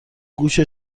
گوش